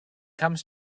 comes